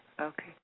Okay